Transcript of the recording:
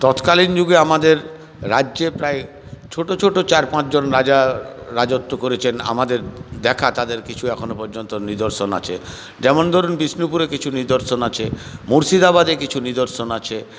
তৎকালীন যুগে আমাদের রাজ্যে প্রায় ছোটো ছোটো চার পাঁচজন রাজা রাজত্ব করেছেন আমাদের দেখা তাদের কিছু এখনও পর্যন্ত নিদর্শন আছে যেমন ধরুন বিষ্ণুপুরে কিছু নিদর্শন আছে মুর্শিদাবাদে কিছু নিদর্শন আছে